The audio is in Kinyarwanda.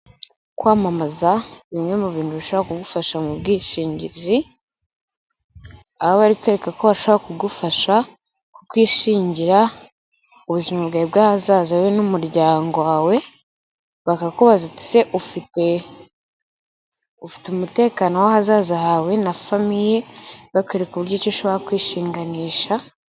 Kwamamaza ni bimwe mu bintu bishobora kugufasha mu bwishingi, aho bari kukwereka ko bashobora kugufasha kukwishingira ubuzima bwawe bw'ahazaza wowe n'umuryango wawe, bakakubaza bati: "Ese ufite umutekano w'ahazaza hawe na famiye?" Bakwereka uburyo ki ushobora kwishinganisha.